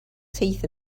teeth